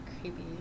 Creepy